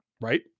right